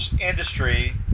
industry